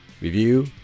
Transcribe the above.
review